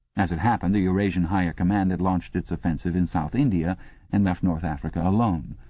as it happened, the eurasian higher command had launched its offensive in south india and left north africa alone.